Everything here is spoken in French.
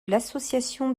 l’association